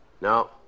No